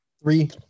Three